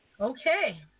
Okay